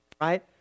right